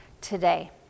today